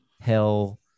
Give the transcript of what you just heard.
hell